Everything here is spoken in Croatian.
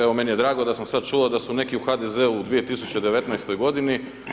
Evo meni je drago da sam sad čuo da su neki u HDZ-u u 2019. godini.